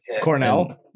Cornell